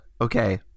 Okay